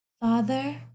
Father